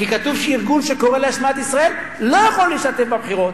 כי כתוב שארגון שקורא להשמדת ישראל לא יכול להשתתף בבחירות.